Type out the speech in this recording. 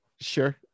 Sure